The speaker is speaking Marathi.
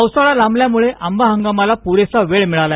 पावसाळा लांबल्यामुळे आंबा हंगामाला पूरेसा वेळ मिळाला